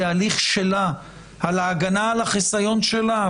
זה הליך שלה והגנה על החיסיון שלה.